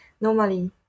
Normally